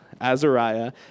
Azariah